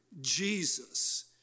Jesus